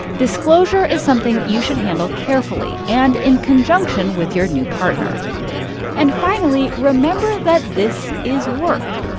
disclosure is something you should handle carefully and in conjunction with your new partner and finally, remember that this is work.